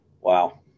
wow